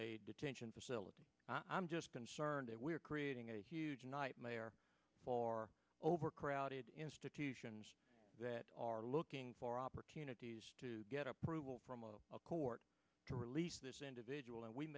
a detention facility i'm just concerned that we're creating a huge nightmare for overcrowded institutions that are looking for opportunities to get approval from a court to release this individual and we